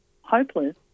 hopeless